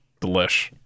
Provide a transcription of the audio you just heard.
delish